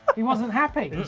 he wasn't happy.